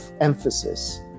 emphasis